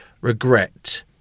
regret